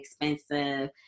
expensive